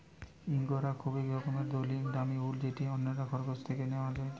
ইঙ্গরা খুবই রকমের দামি উল যেটি অন্যরা খরগোশ থেকে ন্যাওয়া হতিছে